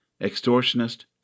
Extortionist